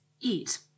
eat